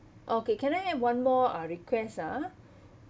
okay can I have one more uh request ha